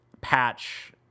patch